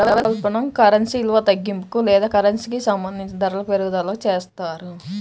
ద్రవ్యోల్బణం కరెన్సీ విలువ తగ్గింపుకి లేదా కరెన్సీకి సంబంధించిన ధరల పెరుగుదలగా చెప్తారు